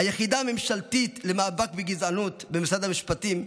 היחידה הממשלתית למאבק בגזענות במשרד המשפטים,